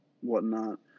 whatnot